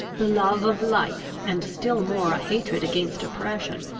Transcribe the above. the love of life, and still more a hatred against oppression,